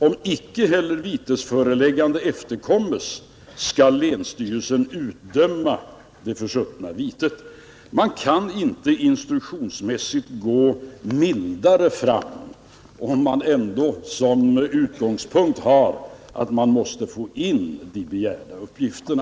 Om inte heller vitesföreläggandet efterkommes, skall länsstyrelsen utdöma det försuttna vitet.” Man kan inte instruktionsmässigt gå mildare fram, om man ändå som utgångspunkt har att man måste få in de begärda uppgifterna.